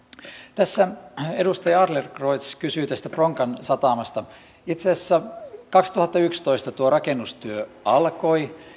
tässä edustaja adlercreutz kysyi tästä bronkan satamasta itse asiassa kaksituhattayksitoista tuo rakennustyö alkoi